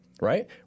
right